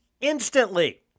instantly